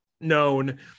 known